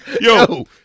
Yo